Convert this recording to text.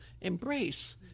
embrace